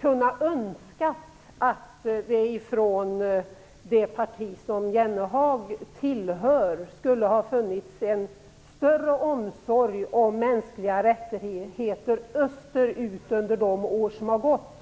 kunnat önska att det hos det parti som Jennehag tillhör skulle ha funnits en större omsorg om mänskliga rättigheter österut under de år som har gått.